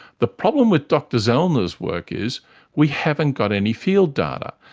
the problem with dr zellner's work is we haven't got any field data.